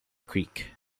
creek